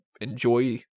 enjoy